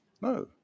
No